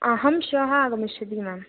अहं श्वः आगमिष्यामि मेम्